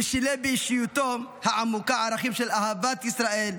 ושילב באישיותו העמוקה ערכים של אהבת ישראל,